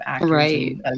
right